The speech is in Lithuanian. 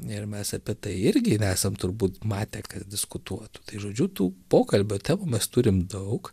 ir mes apie tai irgi esam turbūt matę kad diskutuotų tai žodžiu tų pokalbio temų mes turim daug